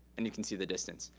and you can see the distance.